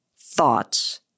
thoughts